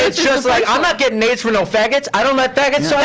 it's just like, i'm not getting aids from no faggots. i don't let faggots so